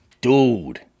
dude